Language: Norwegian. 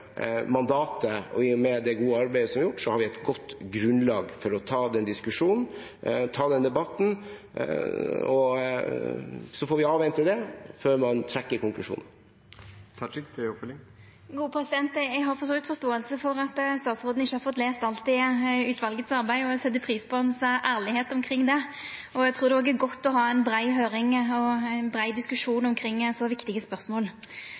det gode arbeidet som er gjort, har vi et godt grunnlag for å ta den diskusjonen, ta den debatten, og så får vi avvente det før man trekker konklusjonen. Eg har for så vidt forståing for at statsråden ikkje har fått lese alt frå utvalet sitt arbeid, og eg set pris på at han er ærleg om det. Eg trur òg det er godt å ha ei brei høyring og ein brei diskusjon omkring så viktige spørsmål.